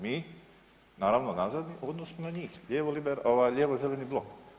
Mi naravno nazadni u odnosu na njih, lijevo-zeleni blok.